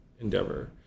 endeavor